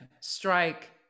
strike